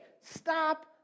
stop